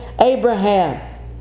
Abraham